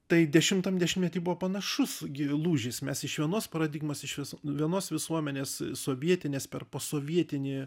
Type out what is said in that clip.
tai dešimtam dešimtmety buvo panašus gi lūžis mes iš vienos paradigmos išvis vienos visuomenės sovietinės per posovietinį